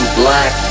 black